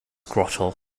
grotto